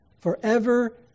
forever